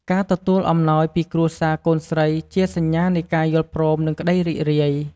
ការទទួលអំណោយពីគ្រួសារកូនស្រីជាសញ្ញានៃការយល់ព្រមនិងក្តីរីករាយ។